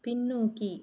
பின்னோக்கி